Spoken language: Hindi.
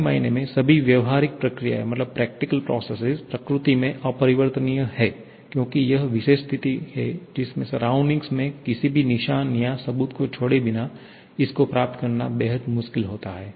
सही मायने में सभी व्यावहारिक प्रक्रियाएं प्रकृति में अपरिवर्तनीय हैं क्योंकि यह विशेष स्थिति हे जिसमे सराउंडिंग मे किसी भी निशान या सबूत को छोड़े बिना इसको प्राप्त करना बेहद मुश्किल होता है